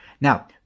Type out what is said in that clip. Now